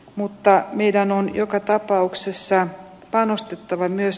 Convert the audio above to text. mutta meidän on joka tapauksessa on herr talman